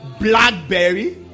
Blackberry